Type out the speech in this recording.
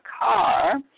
car